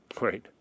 Right